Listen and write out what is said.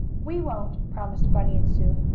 we won't, promised bunny and sue.